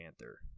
Panther